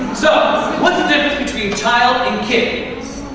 so, what's the difference between child and kid?